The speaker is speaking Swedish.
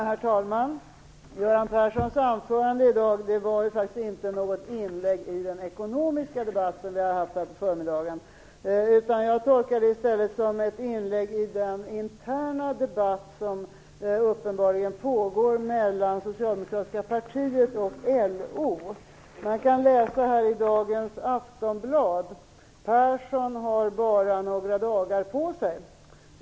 Herr talman! Göran Perssons anförande i dag var inte något inlägg i den ekonomiska debatten, utan jag tolkade det i stället som ett inlägg i den interna debatt som uppenbarligen pågår mellan Socialdemokratiska partiet och LO. Jag kan läsa i Aftonbladet i dag: Persson har bara några dagar på sig.